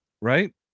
right